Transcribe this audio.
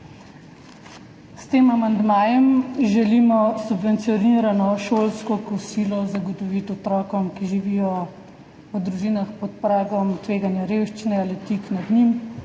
S tem amandmajem želimo subvencionirano šolsko kosilo zagotoviti otrokom, ki živijo v družinah pod pragom tveganja revščine ali tik nad njim,